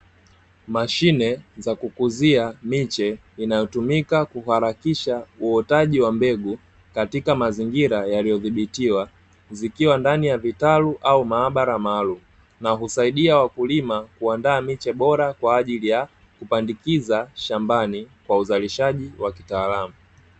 Mashine za kukuzia miche inayotumika kuharakisha uotaji wa mbegu katika mazingira yaliyodhibitiwa. Zikiwa ndani ya vitalu na maabara maalumu na husaidia wakulima kuandaa miche bora kwa ajili ya kupandikiza shambani, kwa uzalishaji wa kitaalamu.